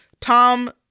tom